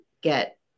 get